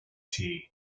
tea